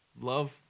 love